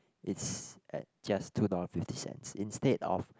it's at just two dollar fifty cents instead of